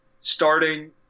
starting